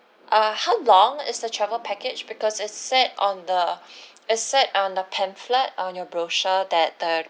uh how long is the travel package because is said on the it said on the pamphlets on your brochure that the